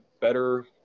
better